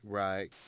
right